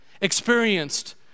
experienced